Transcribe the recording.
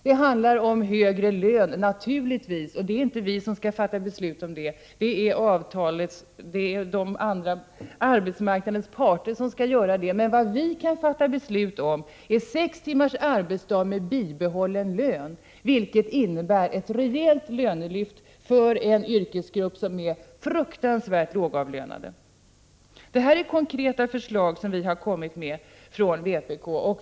Det handlar naturligtvis om högre lön. Men det är inte vi som skall fatta beslut om detta utan arbetsmarknadens parter. Men vi kan fatta beslut om sex timmars arbetsdag med bibehållen lön, vilket innebär ett rejält lönelyft för en yrkesgrupp som är fruktansvärt lågavlönad. Detta är konkreta förslag som vi från vpk har kommit med.